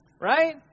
right